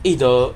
eh the